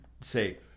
say